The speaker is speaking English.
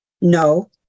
No